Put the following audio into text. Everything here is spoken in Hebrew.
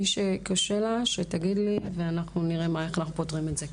מי שקשה לה שתגיד לי ואנחנו נראה איך אנחנו פותרים את זה.